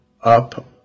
up